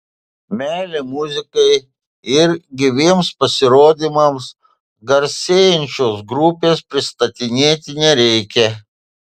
meile muzikai ir gyviems pasirodymams garsėjančios grupės pristatinėti nereikia